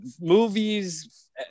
movies